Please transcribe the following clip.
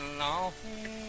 long